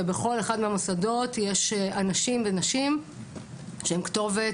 ובכל אחד מהמוסדות יש אנשים ונשים שהם כתובת